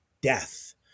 death